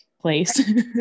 place